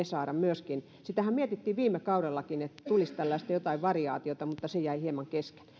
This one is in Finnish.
saada myöskin sitähän mietittiin viime kaudellakin että tulisi tällaista jotain variaatiota mutta se jäi hieman kesken